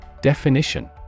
Definition